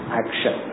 action